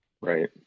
right